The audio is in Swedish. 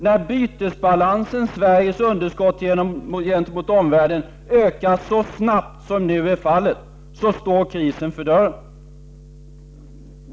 När bytesbalansen, Sveriges underskott gentemot omvärlden, ökar så snabbt som nu är fallet står ju krisen för dörren.